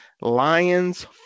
Lions